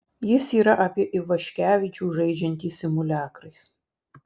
jis yra apie ivaškevičių žaidžiantį simuliakrais